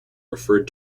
referred